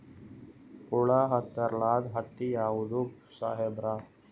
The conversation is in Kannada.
ಹುಳ ಹತ್ತಲಾರ್ದ ಹತ್ತಿ ಯಾವುದ್ರಿ ಸಾಹೇಬರ?